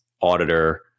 auditor